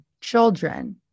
children